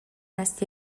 است